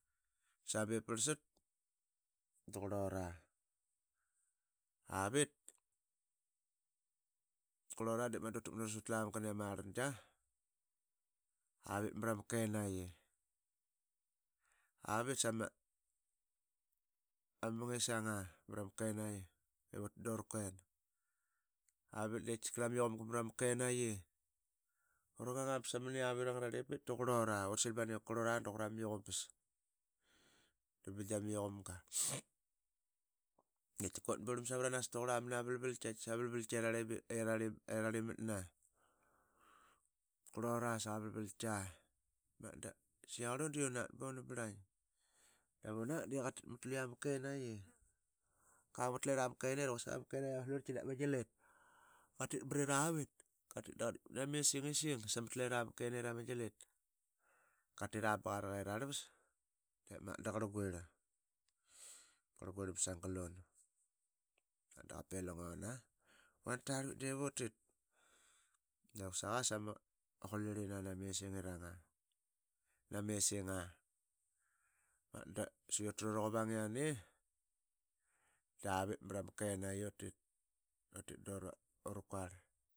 Utas a bep prlsat duqurlora. Avit. qurlura duratakmat nuras sutlamgna davit mrama kenaiyi. avit sama mungisamga mrama Kenaiyi i utat dura kuen. De iama i uqumga mrama Kenaiyi. uranganga bsamniyavit angrarlimbit dut silbana i qurlura duqurama yuqumbas da bing dama yuqumga. Da qaitika ut burlam suvaranas taqurla mrama vlvlqi i ararlimatna qulura saqamavlvlqa. Siaqarl un de unat banabraing dav unak de qatit mutluia ma Kenaiqi. qang mitlira ma Kenet i quasik i aqama Kenaiqa maslurlqi dap ma Keneta ma gilit. Qatit mriravit. qatit da qa ditkmat nama esingising samat lera ma Kenet ama gilit. qatira ba qa rakirarlvas. Dep magat da qarguirl ba sagal un dep magat da qa pilanguna. vantarlvit. De vuksaka sama utruraquvang i yane da vit mrama Kenaiqi i ut it dura quarl.